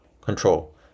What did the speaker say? control